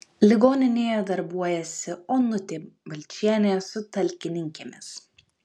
ligoninėje darbuojasi onutė balčienė su talkininkėmis